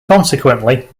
consequently